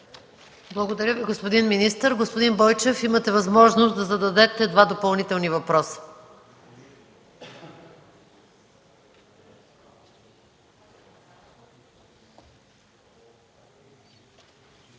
Благодаря Ви, господин министър. Господин Бойчев, имате възможност да зададете два допълнителни въпроса.